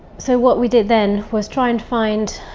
so what we did then was try and find.